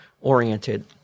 oriented